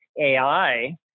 AI